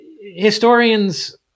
Historians